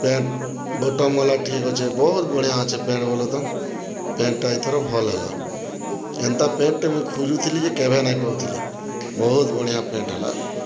pant button ଗଲା ଠିକ୍ ଅଛେ ବହୁତ୍ ବଢ଼ିଆ ଅଛେ ପ୍ୟାଣ୍ଟ୍ ବଲତ ପ୍ୟାଣ୍ଟ୍ଟା ଏଥର ଭଲ୍ ହେଲା ଏନ୍ତା ପ୍ୟାଣ୍ଟ୍ଟେ ମୁଇଁ ଖୁଜୁଥିଲି ଯେ କେଭେ ନାଇଁ ପାଉଥିଲି ବହୁତ୍ ବଢ଼ିଆ ପ୍ୟାଣ୍ଟ୍ ହେଲା